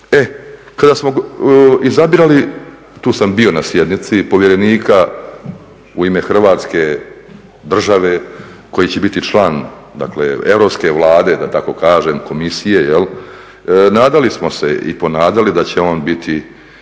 Kada smo izabirali, tu sam bio na sjednici, povjerenika u ime Hrvatske države koji će Europske Vlade da tako kažem, komisije, nadali smo se i ponadali da će on biti